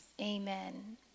Amen